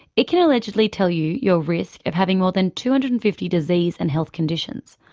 it can allegedly tell you your risk of having more than two hundred and fifty disease and health conditions,